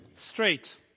straight